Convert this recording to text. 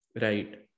Right